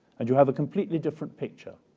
and you have a completely different picture.